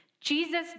Jesus